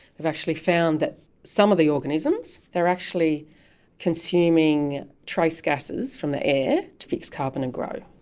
we've actually found that some of the organisms, they're actually consuming trace gases from the air to fix carbon and grow.